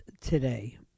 today